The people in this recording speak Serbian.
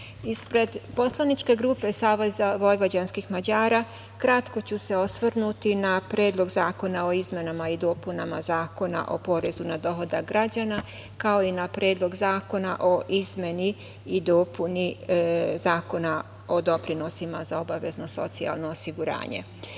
ispred poslaničke grupe SVM kratko ću se osvrnuti na Predlog zakona o izmenama i dopunama Zakona o porezu na dohodak građana, kao i na Predlog zakona o izmeni i dopuni Zakona o doprinosima za obavezno socijalno osiguranje. Kao